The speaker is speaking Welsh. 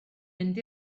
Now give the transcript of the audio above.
mynd